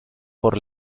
por